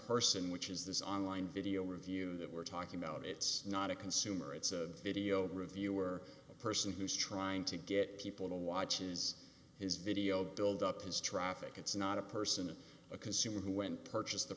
person which is this online video review that we're talking about it's not a consumer it's a video reviewer the person who's trying to get people to watches his video build up his traffic it's not a person a consumer who went purchase the